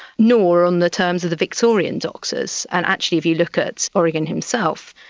nor on the terms of the victorians doctors. and actually if you look at origen himself,